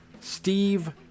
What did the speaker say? Steve